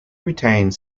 retained